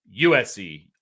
USC